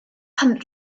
pan